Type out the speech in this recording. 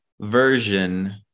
version